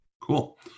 Cool